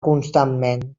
constantment